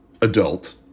Adult